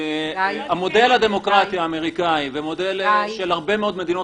המודל הדמוקרטי האמריקני והמודל של הרבה מאוד מדינות